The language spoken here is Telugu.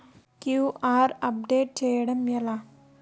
క్యూ.ఆర్ అప్డేట్ చేయడం ఎలా?